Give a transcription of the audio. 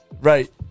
Right